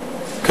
בחייך.